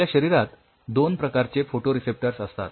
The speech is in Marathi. आपल्या शरीरात दोन प्रकारचे फ़ोटोरिसेप्टर्स असतात